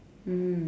mm